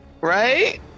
right